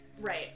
Right